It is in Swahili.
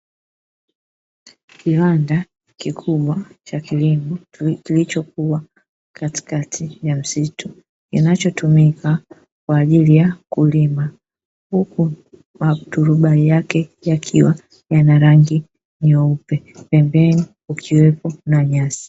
Kiwanda kikubwa cha kilimo, kilichokuwa katikati ya msitu kinachotumika kwa ajili ya kulima, huku maturubai yake yakiwa yana rangi nyeupe pembeni kukiwepo na nyasi.